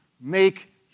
make